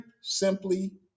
simply